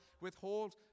withhold